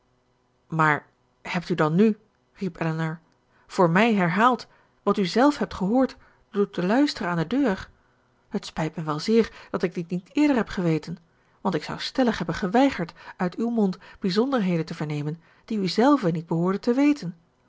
maar hebt u dan nu riep elinor voor mij herhaald wat u zelf hebt gehoord door te luisteren aan de deur het spijt mij wel zeer dat ik dit niet eerder heb geweten want ik zou stellig hebben geweigerd uit uw mond bijzonderheden te vernemen die u zelve niet behoordet te weten